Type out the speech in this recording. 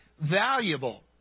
valuable